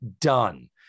done